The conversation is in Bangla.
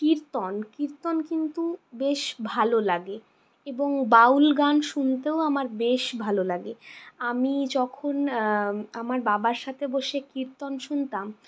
কীর্তন কীর্তন কিন্তু বেশ ভালো লাগে এবং বাউল গান শুনতেও আমার বেশ ভালো লাগে আমি যখন আমার বাবার সাথে বসে কীর্তন শুনতাম